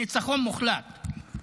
ניצחון מוחלט.